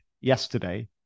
yesterday